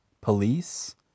police